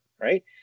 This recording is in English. Right